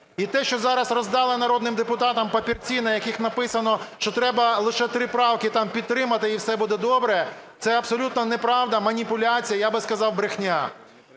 І те, що зараз роздали народним депутатам папірці, на яких написано, що треба лише три правки там підтримати і все буде добре, це абсолютна неправда, маніпуляція, я би сказав, брехня.